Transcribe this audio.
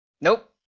nope